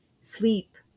sleep